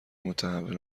متحول